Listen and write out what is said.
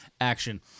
action